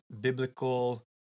biblical